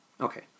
Okay